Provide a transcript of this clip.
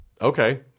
Okay